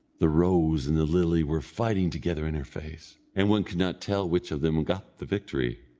the rose and the lily were fighting together in her face, and one could not tell which of them got the victory.